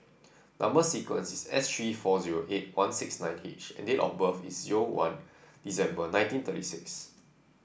number sequence is S three four zero eight one six nine H and date of birth is one December nineteen thirty six